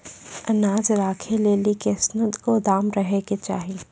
अनाज राखै लेली कैसनौ गोदाम रहै के चाही?